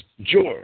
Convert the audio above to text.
George